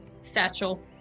satchel